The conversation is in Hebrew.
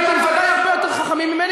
הייתם בוודאי הרבה יותר חכמים ממני,